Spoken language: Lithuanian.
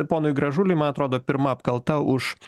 ponui gražuliui man atrodo pirma apkalta už